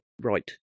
right